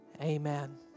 Amen